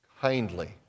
kindly